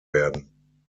werden